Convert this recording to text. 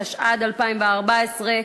התשע"ד 2014,